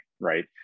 right